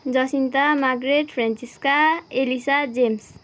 Jacinta Margaret Francisca Elisa James